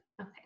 Okay